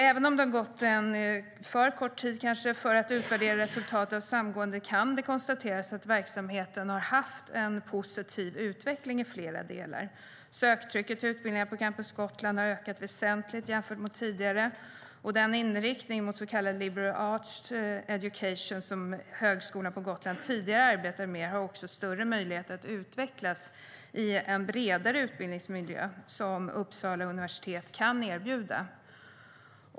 Även om det har gått för kort tid för att kunna utvärdera resultatet av samgåendet kan det konstateras att verksamheten har haft en positiv utveckling i flera delar. Söktrycket till utbildningarna på Campus Gotland har ökat väsentligt jämfört med tidigare. Den inriktning mot så kallad liberal arts education som Högskolan på Gotland tidigare arbetade med har också större möjligheter att utvecklas i den bredare utbildningsmiljö som Uppsala universitet kan erbjuda.